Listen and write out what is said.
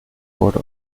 wurde